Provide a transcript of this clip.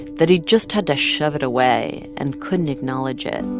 that he'd just had to shove it away and couldn't acknowledge it.